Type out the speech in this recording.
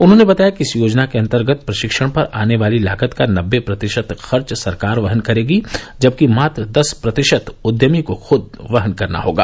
उन्होंने बताया कि इस योजना के अंतर्गत प्रशिक्षण पर आने वाली लागत का नबे प्रतिशत खर्च सरकार वहन करेगी जबकि मात्र दस प्रतिशत उद्यमी को खुद वहन करना होगा